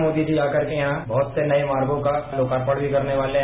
मोदी जी आकर यहां बहुत मार्गों का लोकार्पण भी करने वाले हैं